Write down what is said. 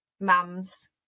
mums